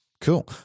Cool